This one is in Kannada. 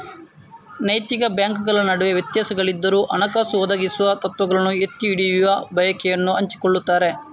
ನೈತಿಕ ಬ್ಯಾಂಕುಗಳ ನಡುವೆ ವ್ಯತ್ಯಾಸಗಳಿದ್ದರೂ, ಹಣಕಾಸು ಒದಗಿಸುವ ತತ್ವಗಳನ್ನು ಎತ್ತಿ ಹಿಡಿಯುವ ಬಯಕೆಯನ್ನು ಹಂಚಿಕೊಳ್ಳುತ್ತಾರೆ